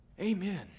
Amen